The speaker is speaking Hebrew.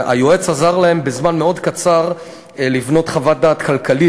והיועץ עזר להם בתוך זמן מאוד קצר לבנות חוות דעת כלכלית